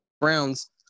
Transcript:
Browns